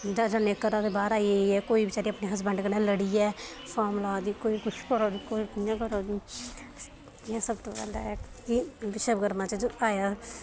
डरदे घरा दे बाह्र आइयै कोई बचैरी अपने हसबैंड कन्नै लड़ियै फार्म ला दी कोई किश करै दी कोई कि'यां करै दी सबतों औंदा ऐ कि विश्वकर्मां च आया कि